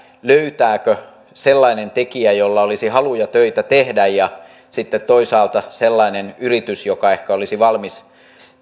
löytävätkö toisensa sellainen tekijä jolla olisi haluja töitä tehdä ja sitten toisaalta sellainen yritys joka ehkä olisi valmis